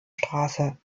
straße